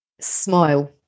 smile